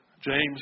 James